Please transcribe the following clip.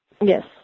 Yes